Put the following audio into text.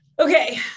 Okay